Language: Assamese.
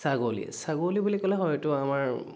ছাগলী ছাগলী বুলি ক'লে হয়তো আমাৰ